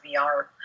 VR